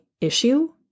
issue